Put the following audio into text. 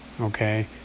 okay